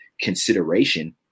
consideration